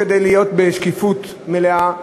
כדי להיות בשקיפות מלאה,